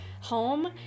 home